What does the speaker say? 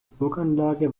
burganlage